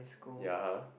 ya